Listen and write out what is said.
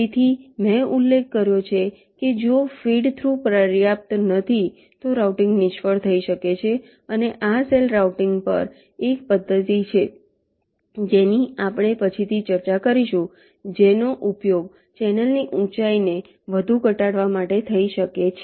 તેથી મેં ઉલ્લેખ કર્યો છે કે જો ફીડ થ્રુઝ પર્યાપ્ત નથી તો રાઉટીંગ નિષ્ફળ થઈ શકે છે અને આ સેલ રાઉટીંગ પર એક પદ્ધતિ છે જેની આપણે પછીથી ચર્ચા કરીશું જેનો ઉપયોગ ચેનલની ઊંચાઈને વધુ ઘટાડવા માટે થઈ શકે છે